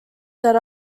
that